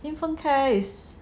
infant care is